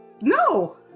No